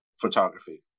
photography